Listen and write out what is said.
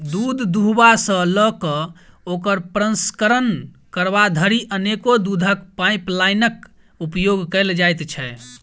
दूध दूहबा सॅ ल क ओकर प्रसंस्करण करबा धरि अनेको दूधक पाइपलाइनक उपयोग कयल जाइत छै